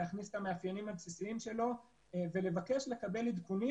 להכניס את המאפיינים הבסיסיים שלו ולבקש לקבל עדכונים